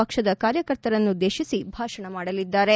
ಪಕ್ಷದ ಕಾರ್ಯಕರ್ತರನ್ನು ಉದ್ದೇಶಿಸಿ ಭಾಷಣ ಮಾಡಲಿದ್ದಾರೆ